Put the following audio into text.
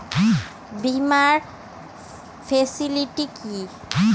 বীমার ফেসিলিটি কি?